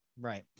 Right